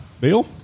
Bill